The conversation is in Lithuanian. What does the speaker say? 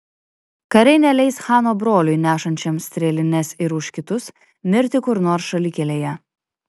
kariai neleis chano broliui nešančiam strėlines ir už kitus mirti kur nors šalikelėje